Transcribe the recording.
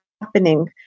happening